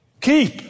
Keep